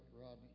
Rodney